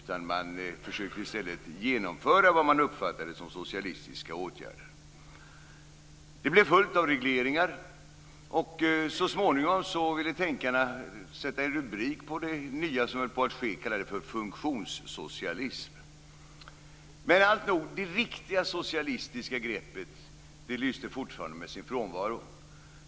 Man försökte i stället genomföra det man uppfattade som socialistiska åtgärder. Det blev fullt av regleringar. Så småningom ville tänkarna sätta en rubrik på det nya som höll på att ske och kallade det för funktionssocialism. Alltnog, det riktiga socialistiska greppet lyste fortfarande med sin frånvaro.